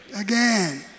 Again